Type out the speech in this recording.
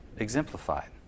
exemplified